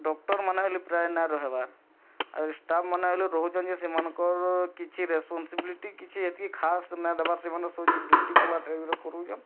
ଡକ୍ଟର୍ମାନେ ହେଲେ ପ୍ରାୟ ନ ରହିବାର୍ ଆରୁ ଷ୍ଟାପ୍ମାନେ ହେଲେ ରହୁଛନ୍ତି ଯେ ସେମାନଙ୍କର୍ କିଛି ରେସ୍ପନ୍ସିବିଲିଟି କିଛି ହେତିକି ଖାସ୍ ନା ଦବାର୍ ସେମାନେ ଡ଼ିୟୁଟି କଲା ଟାଇପ୍ର କରୁଛନ୍